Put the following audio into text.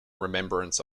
remembrance